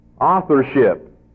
authorship